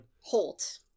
Holt